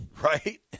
Right